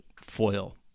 foil